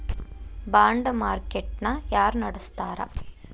ಬಾಂಡ market ನ ಯಾರ ನಡಸ್ತಾರ?